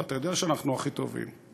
ואתה יודע שאנחנו הכי טובים.